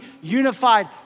unified